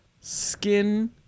skin